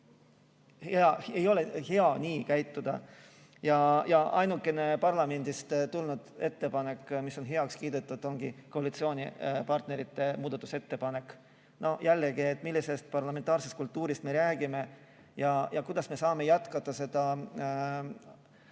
ei ole hea nii käituda. Ainukene parlamendist tulnud ettepanek, mis on heaks kiidetud, oli koalitsioonipartnerite muudatusettepanek. Jällegi, millisest parlamentaarsest kultuurist me räägime ja kuidas me saame jätkata seda